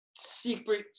secret